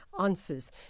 answers